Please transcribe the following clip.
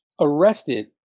arrested